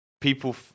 people